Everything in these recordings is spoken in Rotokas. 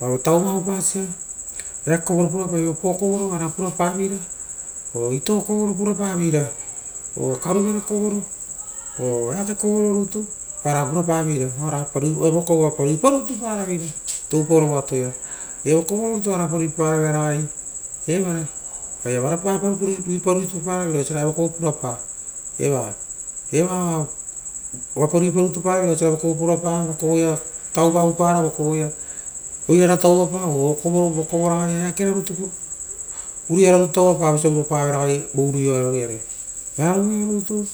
Aue tauva oupasa eake kovoro pura paivee, opo kovoro oara pura paveira oo itooo kovoro pura paveira, oo karuvera kovoro o eake kovo ro rutu oara pura paveira, evo kovo oapa riipa rutu paraveira toupaoro vo atoea, evo kovo ro rutu oarapa riipa rutu para veira ragai, evara ora pa riipa rutu para vera oisio ra vokovoro purapa, eva eva oapa riipa rutu pa raveira osiora vokovoro purapa, vokovoia tauva oupara, vokoroa oirara tauvapa oo vokovo raga ia eakera rutu purapa, uruiara rutu tauvapa vosia uropave ra vouruiaroiare. Vearovira rutu,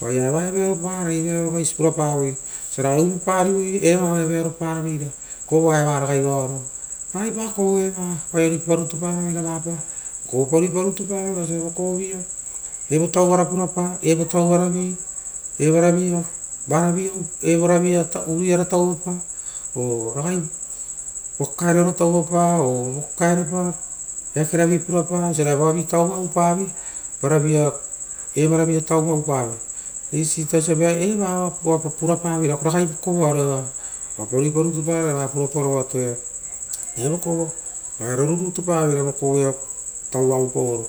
oaia vearoapavo evaia vearovaisi pura paoro, vosia ragai uvupa rivoi, eva oaia vearo para veira kovoa eva ra varo. Ragai pa kovo eva oaia riipa rutu paraveira vapaa, vokovo pa rupa rutu paraveira oisio va vokovoia evo tauvaro purapa evara vii vora via evara via uriia ra tauvapa oo raga vo kakaeroaro tauvapa oo eakerovi purapa osiora voa tauva oupave vara via evara via tauva oupave, eisi ita osia eva oaia pa pura paveira ragai vokovoaro eva oapa riipa rutu area va purapaoro voia atoia, evokovo oaia roru rutu pavere vokovoia tauva oupaoro,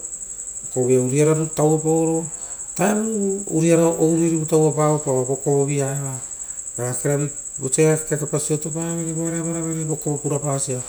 okoroa ia uriara rutu tauva paoro, uvutarovuia ouriivivu tauva parara vokovo vi ia eva ra eakeve vi vosia vokapavere voare avara vere vokovo purapasia.